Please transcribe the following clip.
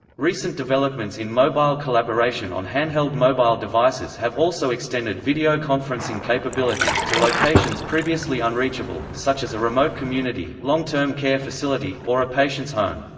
recent developments in mobile collaboration on hand-held mobile devices have also extended video-conferencing capabilities to locations previously unreachable, such as a remote community, long-term care facility, or a patient's home.